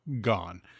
gone